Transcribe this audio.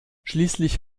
schließlich